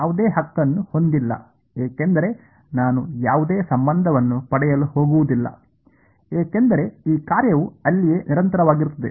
ಯಾವುದೇ ಹಕ್ಕನ್ನು ಹೊಂದಿಲ್ಲ ಏಕೆಂದರೆ ನಾನು ಯಾವುದೇ ಸಂಬಂಧವನ್ನು ಪಡೆಯಲು ಹೋಗುವುದಿಲ್ಲ ಏಕೆಂದರೆ ಈ ಕಾರ್ಯವು ಅಲ್ಲಿಯೇ ನಿರಂತರವಾಗಿರುತ್ತದೆ